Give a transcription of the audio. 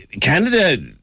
Canada